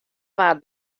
waard